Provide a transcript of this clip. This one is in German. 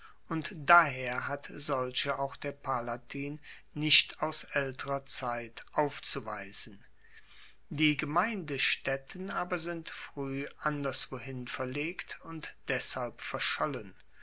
und daher hat solche auch der palatin nicht aus aelterer zeit aufzuweisen die gemeindestaetten aber sind frueh anderswohin verlegt und deshalb verschollen